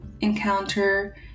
encounter